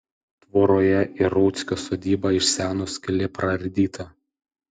tvoroje į rauckio sodybą iš seno skylė praardyta